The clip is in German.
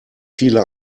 viele